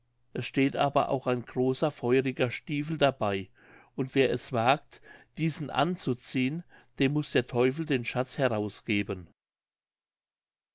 es steht aber auch ein großer feuriger stiefel dabei und wer es wagt diesen anzuziehen dem muß der teufel den schatz herausgeben